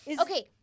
okay